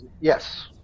yes